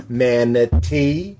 manatee